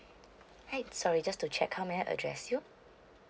hi sorry just to check how may I address you